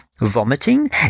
vomiting